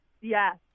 Yes